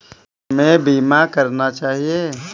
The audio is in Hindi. क्या हमें बीमा करना चाहिए?